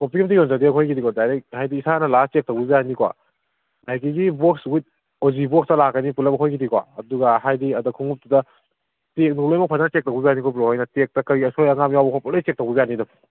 copy ꯑꯝꯇ ꯌꯣꯟꯖꯗꯦ ꯑꯩꯈꯣꯏꯒꯤꯗꯤꯀꯣ ꯗꯥꯏꯔꯦꯛ ꯍꯥꯏꯗꯤ ꯏꯁꯥꯅ ꯂꯥꯛꯑ ꯆꯦꯛ ꯇꯧꯕꯤꯕ ꯌꯥꯅꯤꯀꯣ ꯍꯥꯏꯗꯤ ꯁꯤꯒꯤ ꯕꯣꯛꯁ ꯋꯤꯠ ꯑꯣꯔꯤ ꯕꯣꯛꯁꯇ ꯂꯥꯛꯀꯅꯤ ꯄꯨꯂꯞ ꯑꯩꯈꯣꯏꯒꯤꯗꯤꯀꯣ ꯑꯗꯨꯒ ꯍꯥꯏꯗꯤ ꯑꯗ ꯈꯨꯃꯨꯛꯇꯨꯗ ꯇꯦꯛꯅꯨꯡ ꯂꯣꯏꯃꯛ ꯐꯖꯅ ꯆꯦꯛ ꯇꯧꯕꯤꯕ ꯌꯥꯅꯤꯀꯣ ꯕ꯭ꯔꯣ ꯍꯣꯏꯅ ꯇꯦꯛꯇ ꯀꯔꯤ ꯑꯁꯣꯏ ꯑꯉꯥꯝ ꯌꯥꯎꯕ ꯈꯣꯠꯄ ꯂꯣꯏ ꯆꯦꯛ ꯇꯧꯕꯤꯕ ꯌꯥꯅꯤ ꯑꯗꯨꯝ